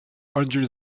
under